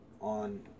on